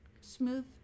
smooth